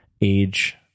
age